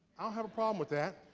have a problem with that.